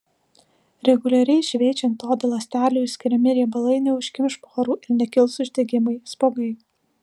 reguliariai šveičiant odą ląstelių išskiriami riebalai neužkimš porų ir nekils uždegimai spuogai